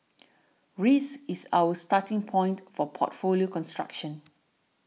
risk is our starting point for portfolio construction